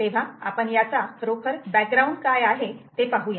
तेव्हा आपण याचा खरोखर बॅकग्राऊंड काय आहे ते पाहूया